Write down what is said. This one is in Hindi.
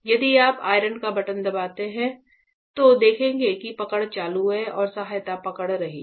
यदि आप आयरन का बटन दबाते हैं तो देखेंगे कि पकड़ चालू है और सहायता पकड़ रही है